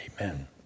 Amen